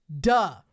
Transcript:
duh